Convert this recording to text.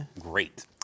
great